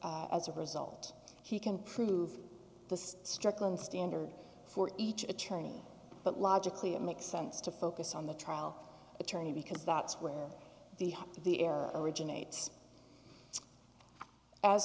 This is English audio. as a result he can prove the strickland standard for each attorney but logically it makes sense to focus on the trial attorney because that's where the error originates as